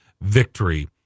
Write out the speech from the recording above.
victory